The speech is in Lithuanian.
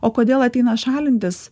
o kodėl ateina šalintis